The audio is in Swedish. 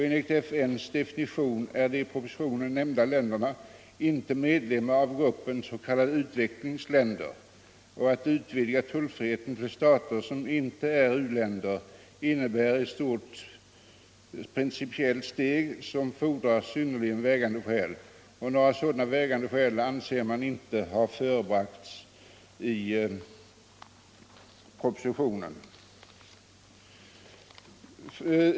Enligt FN:s definition är de i propositionen nämnda länderna inte medlemmar av gruppen s.k. utvecklingsländer. Att utvidga tullfriheten till stater som ej är u-länder innebär ett stort principiellt steg som fordrar synnerligen vägande skäl. Några sådana vägande skäl har inte förebragts i propositionen, anser motionärerna.